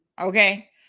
Okay